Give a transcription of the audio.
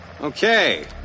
Okay